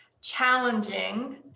challenging